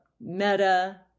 Meta